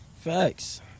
Facts